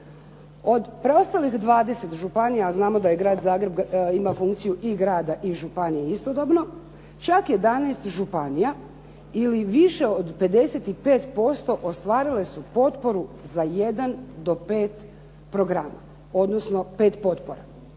Od preostalih 20 županija, a znamo da Grad Zagreb ima funkciju i grada i županije istodobno čak 11 županija ili više od 55% ostvarile su potporu za jedan do pet programa, odnosno pet potpora.